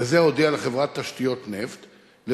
וזה הודיע לחברת "תשתיות נפט ואנרגיה",